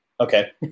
okay